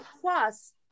Plus